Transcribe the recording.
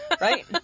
right